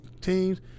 teams